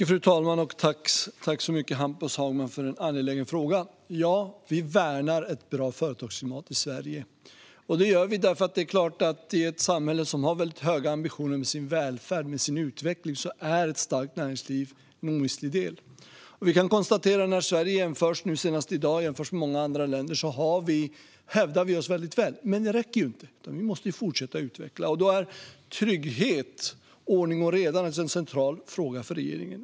Fru talman! Tack, Hampus Hagman, för en angelägen fråga! Vi värnar ett bra företagsklimat i Sverige, och detta gör vi därför att det är klart att ett starkt näringsliv är en omistlig del i ett samhälle som har höga ambitioner för sin välfärd och utveckling. Vi kan konstatera att när Sverige jämförs med andra länder, vilket skedde senast i dag, hävdar vi oss väl. Men detta räcker inte, utan vi måste fortsätta att utvecklas. Då är trygghet och ordning och reda en central fråga för regeringen.